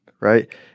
right